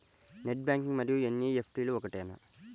Net banking మరియు NEFT ఒకటేనా?